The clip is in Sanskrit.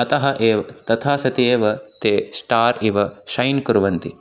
अतः एव् तथा सति एव ते स्टार् इव शैन् कुर्वन्ति